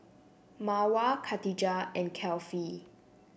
Mawar Katijah and Kefli